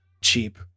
cheap